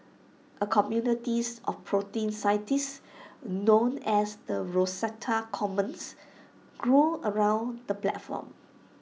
A communities of protein scientists known as the Rosetta Commons grew around the platform